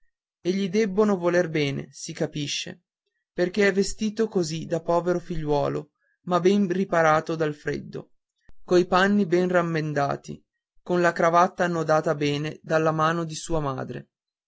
e gli debbono voler bene si capisce perché è vestito così da povero figliuolo ma ben riparato dal freddo coi panni ben rammendati con la cravatta annodata bene dalla mano di sua madre